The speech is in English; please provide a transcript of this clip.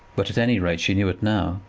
but at any rate she knew it now.